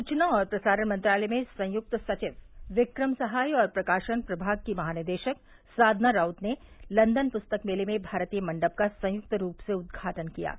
सूचना और प्रसारण मंत्रालय में संयुक्त सचिव विक्रम सहाय और प्रकाशन प्रभाग की महानिदेशक साधना राउत ने लंदन पुस्तक मेले में भारतीय मंडप का संयुक्त रूप से उद्घाटन किया है